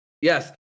Yes